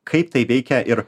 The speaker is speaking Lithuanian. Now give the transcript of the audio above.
kaip tai veikia ir